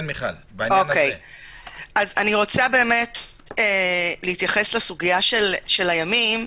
אני רוצה להתייחס לסוגית הימים.